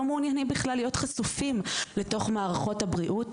מעוניינים בכלל להיות חשופים לתוך מערכות הבריאות.